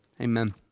Amen